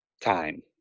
time